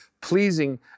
pleasing